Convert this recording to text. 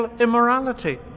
immorality